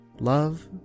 Love